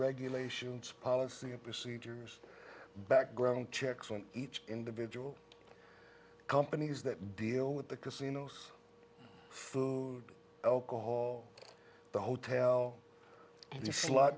regulations policies and procedures background checks on each individual companies that deal with the casinos food i'll call the hotel